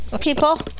people